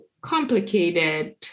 complicated